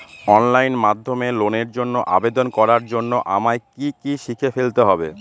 Online মাধ্যমে লোনের জন্য আবেদন করার জন্য আমায় কি কি শিখে ফেলতে হবে?